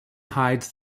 hides